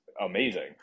amazing